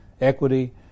equity